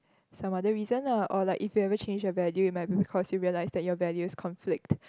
some other reason lah or like if you ever change your value it might be because you realised that your values conflict